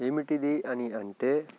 ఏమిటిది అని అంటే